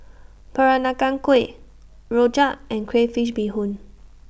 Peranakan Kueh Rojak and Crayfish Beehoon